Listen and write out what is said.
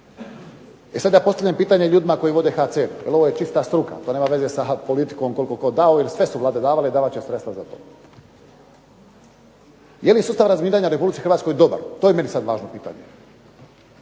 E sada, postavljam pitanje ljudima koji vode HCR, jer ovo je čista struka, to nema veze sa politikom koliko je tko dao jer sve su Vlade davale i davat će sredstva za to. Je li sustav razminiranja u RH dobar, to je meni sad važno pitanje?